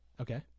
Okay